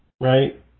Right